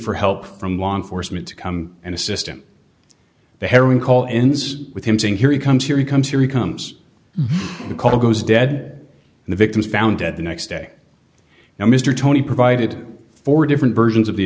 for help from law enforcement to come and assist him the heroin call ins with him saying here he comes here he comes here he comes the call goes dead the victim's found dead the next day now mr tony provided four different versions of the